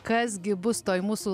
kas gi bus toj mūsų